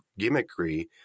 gimmickry